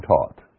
taught